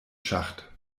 schacht